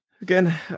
again